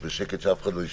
בשקט, שאף אחד לא ישמע...